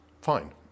Fine